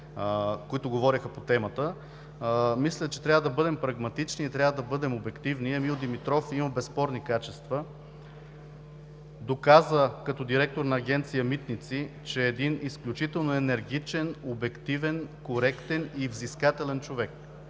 които говориха по темата. Мисля, че трябва да бъдем прагматични и трябва да бъдем обективни. Емил Димитров има безспорни качества, доказа като директор на Агенция „Митници“, че е един изключително енергичен, обективен, коректен и взискателен човек.